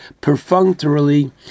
perfunctorily